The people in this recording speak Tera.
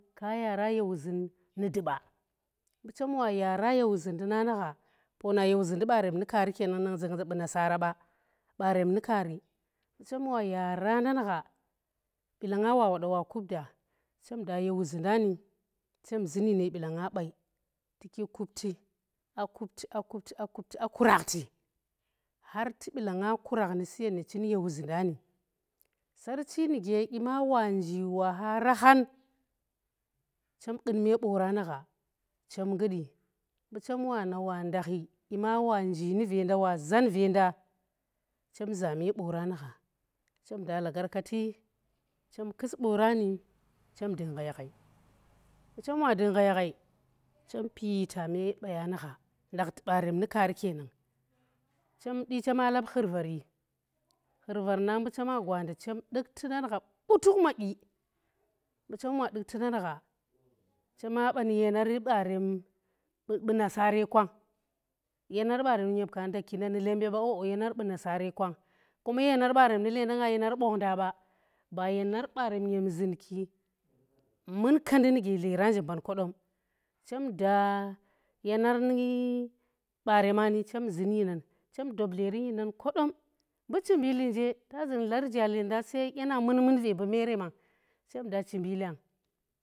ka yaara ye wuzun nu duba, mbu chem wa yaara ye wuzinda na nu gha poona ye wuzinda barem nu kaari kenan nang zunga za bu nasara ba, barem nu kaari mbu chem wa yaara ndan gha balanga wa woda wa kub da chem da ye wuzinda ni chem zunyin balanga bai tuki kubti a kubti a kubti a kurakhti har tu balanga kurakh nu suyen nu chin ye wuzindan sarchi nuge dyima wa nji wa kha rakhan khem wana wandakhi, dyima wa nji ni venda wazan ve nda chem zame boora nu gha chem dung gha yaghai mbu chem wa dung gha yaghai mbu chem wa dung gha yaghai chem pita me baya nu gha ndakhti barem nu kaari kenan chem du chema laap ye khurravi khurvar na mbu chea gwa nda chem dukhtu ndan gha butukh madyi mbu chem wa dukhtu ndan gha chema bani yenari barem nu na sare kwang yanar barem nu ka ndakki nda nu lembe ba o o yanar bu nasara kwang koma yanar barem nu lenda nga yenar bong nda ba, ba yenar barem nyem zun ki munkendi nuge alera a nje mban kodom. chem da yenar ni barema ni chem zun yi nan chem dop dlerin yinan kodom, mbu chimbili nje tazun larja lenda sai dya na nun- mun ve mbu me rema chem da chimbilang